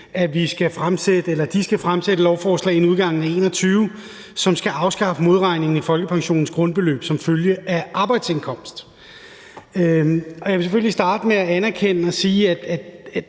at den skal fremlægge et lovforslag inden udgangen af 2021, som skal afskaffe modregningen i folkepensionens grundbeløb som følge af arbejdsindkomst. Jeg vil selvfølgelig starte med at anerkende det og sige,